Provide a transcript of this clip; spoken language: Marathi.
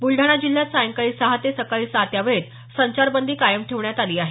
बुलडाणा जिल्ह्यात सायंकाळी सहा ते सकाळी सात या वेळेत संचारबंदी कायम ठेवण्यात आली आहे